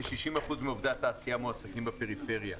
כ-60% מעובדי התעשייה מועסקים בפריפריה.